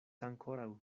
ankoraŭ